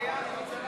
במליאה.